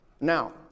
Now